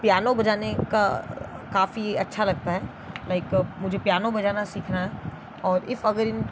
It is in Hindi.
पियानो बजाने का काफ़ी अच्छा लगता है लाइक मुझे पियानो बजाना सीखना है और इफ अगर इन